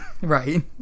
Right